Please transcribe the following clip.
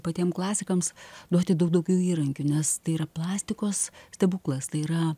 patiem klasikams duoti daug daugiau įrankių nes tai yra plastikos stebuklas tai yra